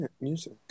music